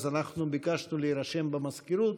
אנחנו ביקשנו להירשם במזכירות.